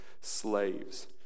slaves